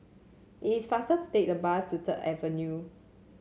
it is faster to take the bus to Third Avenue